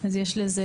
יש לזה